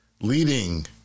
leading